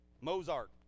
Mozart